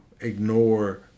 ignore